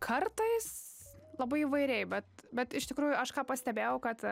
kartais labai įvairiai bet bet iš tikrųjų aš ką pastebėjau kad